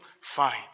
find